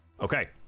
Okay